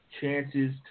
chances